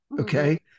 Okay